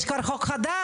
יש כבר חוק חדש,